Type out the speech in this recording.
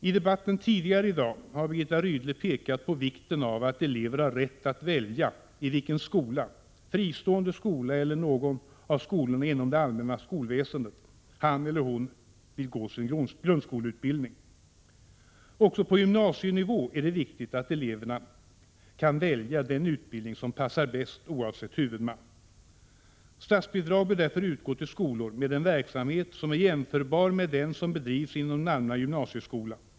I debatten tidigare i dag har Birgitta Rydle pekat på vikten av att eleven har rätt att välja i vilken skola — fristående skola eller någon av skolorna inom det allmänna skolväsendet — som han eller hon vill få sin grundskoleutbildning. Också på gymnasienivå är det viktigt att eleverna kan välja den utbildning som passar dem bäst, oavsett huvudman. Statsbidrag bör därför utgå till skolor med sådan verksamhet som är jämförbar med den som bedrivs inom den allmänna gymnasieskolan.